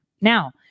Now